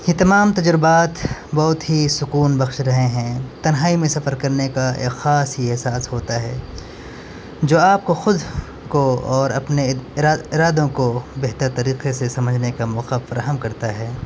یہ تمام تجربات بہت ہی سکون بخش رہے ہیں تنہائی میں سفر کرنے کا ایک خاص ہی احساس ہوتا ہے جو آپ کو خود کو اور اپنے ارادوں کو بہتر طریقے سے سمجھنے کا موقع فراہم کرتا ہے